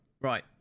right